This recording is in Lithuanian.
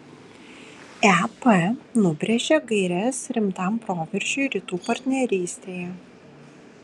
ep nubrėžė gaires rimtam proveržiui rytų partnerystėje